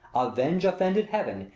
avenge offended heaven,